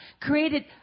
created